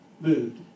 moved